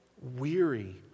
weary